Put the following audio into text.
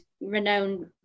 renowned